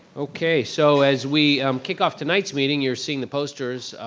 okay, so as we um kick off tonight's meeting, you're seeing the posters.